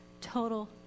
total